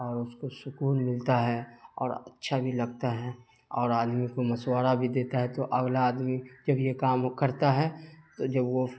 اور اس کو سکون ملتا ہے اور اچھا بھی لگتا ہے اور آدمی کو مشورہ بھی دیتا ہے تو اگلا آدمی جب یہ کام کرتا ہے تو جب وہ